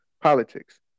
politics